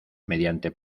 mediante